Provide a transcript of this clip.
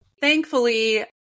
thankfully